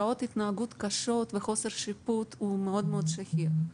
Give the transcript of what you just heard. הפרעות התנהגות קשות וחוסר שיפוט הוא מאוד שכיח.